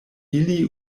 ilin